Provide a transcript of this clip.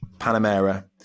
Panamera